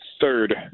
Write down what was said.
third